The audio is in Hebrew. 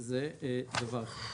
זה דבר אחד.